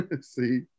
See